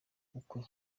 ukwe